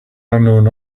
unknown